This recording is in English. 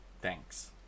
Thanks